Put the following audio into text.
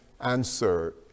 answer